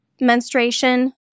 menstruation